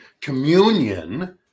communion